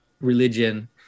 religion